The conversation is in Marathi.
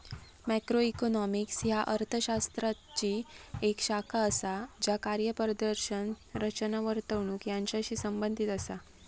मॅक्रोइकॉनॉमिक्स ह्या अर्थ शास्त्राची येक शाखा असा ज्या कार्यप्रदर्शन, रचना, वर्तणूक यांचाशी संबंधित असा